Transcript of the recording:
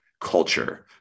culture